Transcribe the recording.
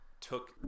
Took